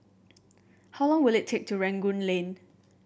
how long will it take to Rangoon Lane